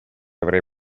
avrei